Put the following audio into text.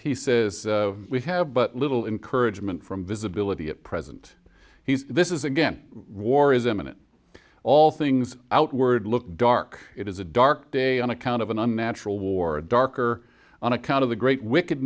he says we have but little encouragement from visibility at present he's this is again war is imminent all things outward look dark it is a dark day on account of an unnatural war a dark or on account of the great wicked